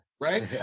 right